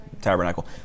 tabernacle